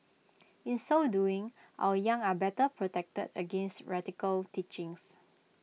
in so doing our young are better protected against radical teachings